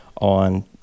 on